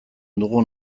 dugun